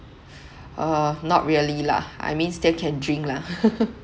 uh not really lah I mean still can drink lah